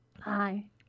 Hi